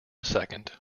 second